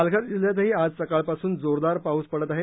पालघर जिल्ह्यातही आज सकाळपासून जोरदार पाऊस पडत आहे